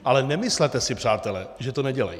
Ale nemyslete si, přátelé, že to nedělají.